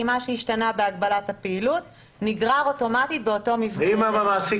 כי מה שהשתנה בהגבלת הפעילות נגרר אוטומטית באותו מבנה.